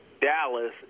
Dallas